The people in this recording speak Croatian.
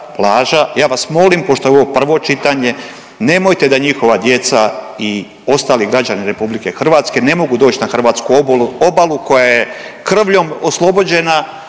Ja vas molim pošto je ovo prvo čitanje nemojte da njihova djeca i ostali građani Republike Hrvatske ne mogu doći na hrvatsku obalu koja je krvlju oslobođena,